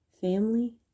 family